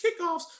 Kickoffs